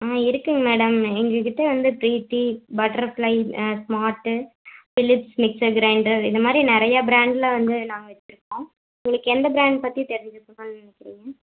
ஆ இருக்குங்க மேடம் எங்கள்கிட்ட வந்து Preethi Butterfly smart Philips mixer grinder இந்த மாரி நிறையா ப்ராண்ட்டில் வந்து நாங்கள் வச்சுருக்கோம் உங்களுக்கு எந்த ப்ராண்ட் பற்றி தெரிஞ்சுக்கணுன்னு நினைக்கிறீங்க